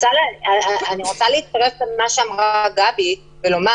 אני רוצה להצטרף למה שאמרה גבי ולומר